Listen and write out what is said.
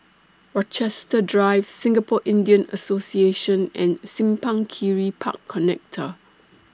Rochester Drive Singapore Indian Association and Simpang Kiri Park Connector